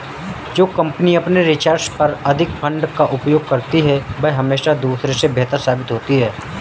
जो कंपनी अपने रिसर्च पर अधिक फंड का उपयोग करती है वह हमेशा दूसरों से बेहतर साबित होती है